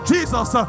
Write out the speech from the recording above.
Jesus